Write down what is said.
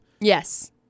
Yes